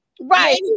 Right